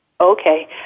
okay